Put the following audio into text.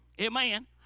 Amen